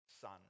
Son